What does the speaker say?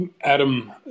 Adam